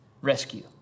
rescue